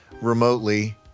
remotely